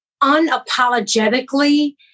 unapologetically